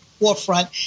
forefront